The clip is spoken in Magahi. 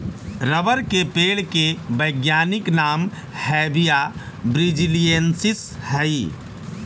रबर के पेड़ के वैज्ञानिक नाम हैविया ब्रिजीलिएन्सिस हइ